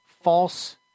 false